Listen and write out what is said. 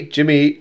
Jimmy